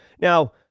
Now